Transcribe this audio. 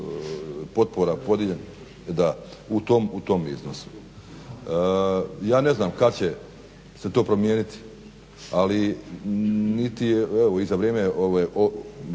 potpora podijeljeno u tom iznosu. Ja ne znam kada će se to promijeniti ali niti je za vrijeme